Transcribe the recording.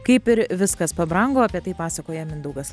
kaip ir viskas pabrango apie tai pasakoja mindaugas